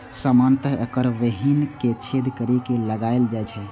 सामान्यतः एकर बीहनि कें छेद करि के लगाएल जाइ छै